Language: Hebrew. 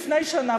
לפני שנה,